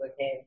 okay